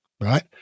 Right